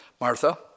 Martha